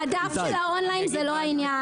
המדף של האונליין זה לא העניין,